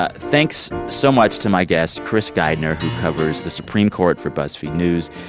ah thanks so much to my guests, chris geidner, who covers the supreme court for buzzfeed news,